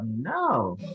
No